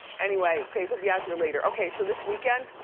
anyway, faith'll be out here later. okay, so this weekend,